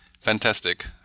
Fantastic